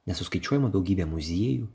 nesuskaičiuojama daugybė muziejų